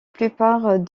plupart